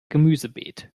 gemüsebeet